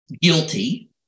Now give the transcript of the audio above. guilty